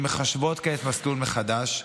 שמחשבות כעת מסלול מחדש,